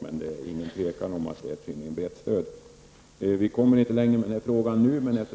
Men det råder inget tvivel om att det finns ett brett stöd. Vi kommer inte längre med frågan nu.